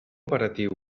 operatiu